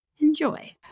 Enjoy